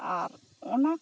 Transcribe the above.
ᱟᱨ ᱚᱱᱟ